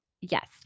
Yes